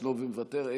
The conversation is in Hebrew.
ישנו ומוותר.